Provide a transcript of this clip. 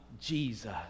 Jesus